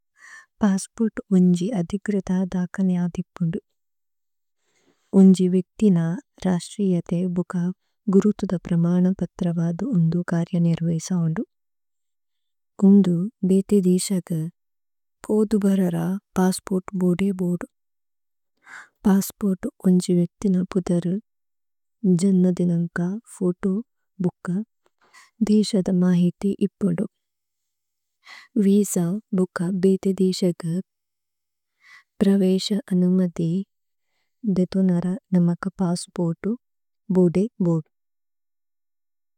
Pass ഖുശി ഖിശ്ക ഥകല। ഖരി ഛിക്രിന രജി ഛക ഖര് പ്രമന് പുരമ് ഖന് കരി നിര്। ഖന് ഖന് ദിശ പഥ ശര പസ്സ് ഖന്। പാസ് ഖുശി ഛിക്രിന ഖര് ഛന്ന ദിന ഛക ദിശ മനി। ഛിന ഛക ഖന് ദിശ പ്രിശ ഖനമ് ഥേമ് നര നമക പസ്സ് ഖന്